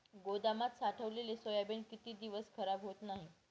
गोदामात साठवलेले सोयाबीन किती दिवस खराब होत नाही?